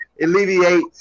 alleviate